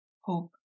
Hope